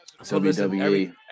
WWE